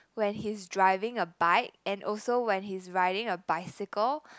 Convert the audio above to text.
when he's driving a bike and also when he's riding a bicycle